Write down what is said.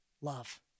love